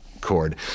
chord